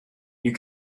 you